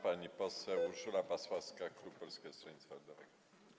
Pani poseł Urszula Pasławska, klub Polskiego Stronnictwa Ludowego.